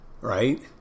Right